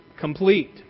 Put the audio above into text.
complete